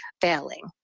failing